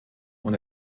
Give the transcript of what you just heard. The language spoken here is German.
und